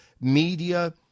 media